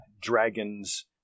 dragons